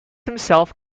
himself